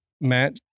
Matt